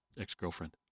ex-girlfriend